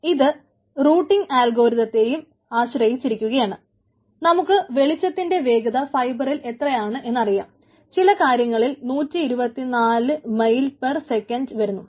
ഇത് റൂട്ടിങ്ങ് അൽഗുരിതത്തിനെയും ആയിരുന്നാലും